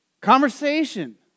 Conversation